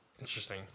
Interesting